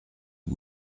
aux